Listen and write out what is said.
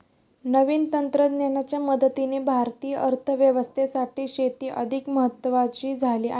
नवीन तंत्रज्ञानाच्या मदतीने भारतीय अर्थव्यवस्थेसाठी शेती अधिक महत्वाची झाली आहे